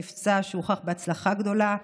מבצע שהוכח כהצלחה גדולה.